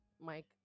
Mike